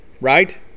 right